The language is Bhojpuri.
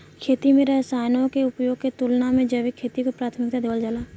खेती में रसायनों के उपयोग के तुलना में जैविक खेती के प्राथमिकता देवल जाला